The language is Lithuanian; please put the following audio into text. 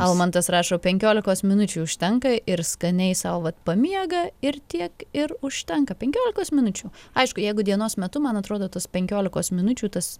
almantas rašo penkiolikos minučių užtenka ir skaniai sau vat pamiega ir tiek ir užtenka penkiolikos minučių aišku jeigu dienos metu man atrodo tos penkiolikos minučių tas